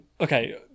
okay